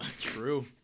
True